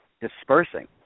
dispersing